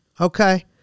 Okay